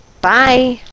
Bye